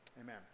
Amen